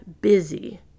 busy